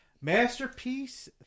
Masterpiece